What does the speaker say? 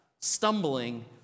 stumbling